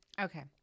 Okay